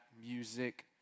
music